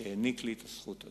שהעניק לי את הזכות הזאת,